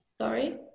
Sorry